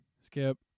skip